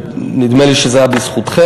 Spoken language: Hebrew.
נדמה לי שזה היה בזכותכם,